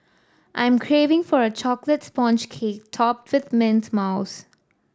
I am craving for a chocolate sponge cake topped with mint mousse